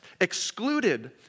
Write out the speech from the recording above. excluded